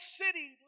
city